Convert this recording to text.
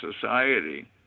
society